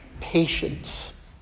patience